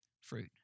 fruit